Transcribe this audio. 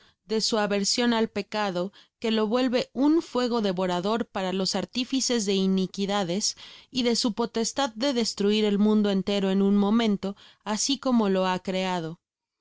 de su aversion al pecado que lo vuelve un fuego devorador para los artifices de iniquidades y de su potestad de destruir el mundo entero en un momento asi como lo ha creado